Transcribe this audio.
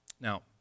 Now